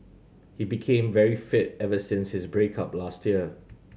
he became very fit ever since his break up last year